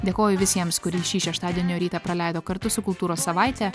dėkoju visiems kurie šį šeštadienio rytą praleido kartu su kultūros savaite